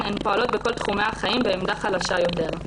הן פועלות בכל תחומי החיים בעמדה חלשה יותר.